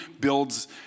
builds